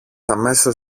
αμέσως